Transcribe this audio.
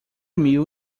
mil